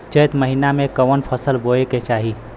चैत महीना में कवन फशल बोए के चाही?